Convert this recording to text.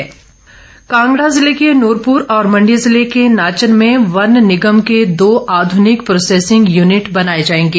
one मंत्री कांगड़ा ज़िले के नूरपुर और मंडी ज़िले के नाचन में वन निगम के दो आध्रनिक प्रोसेसिंग यूनिट बनाए जाएंगे